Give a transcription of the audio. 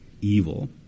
evil